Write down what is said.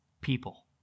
people